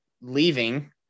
leaving